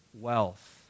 wealth